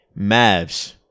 Mavs